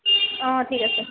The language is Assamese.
অঁ ঠিক আছে